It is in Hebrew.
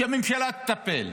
שהממשלה תטפל.